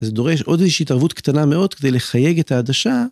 זה דורש עוד איזושהי התערבות קטנה מאוד כדי לחייג את העדשה.